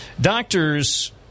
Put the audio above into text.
Doctors